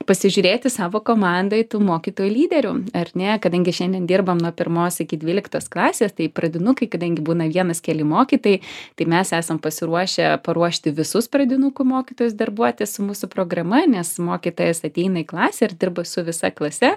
pasižiūrėti savo komandoj tų mokytojų lyderių ar ne kadangi šiandien dirbam nuo pirmos iki dvyliktos klasės tai pradinukai kadangi būna vienas keli mokytojai tai mes esam pasiruošę paruošti visus pradinukų mokytojus darbuotis su mūsų programa nes mokytojas ateina į klasę ir dirba su visa klase